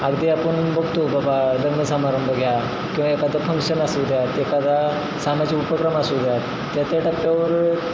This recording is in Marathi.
अगदी आपण बघतो बाबा लग्न समारंभ घ्या किंवा एखादं फंक्शन असू द्या एखादा सामाजिक उपक्रम असू द्या त्या त्या टाप्प्यावर